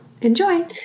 enjoy